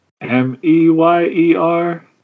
M-E-Y-E-R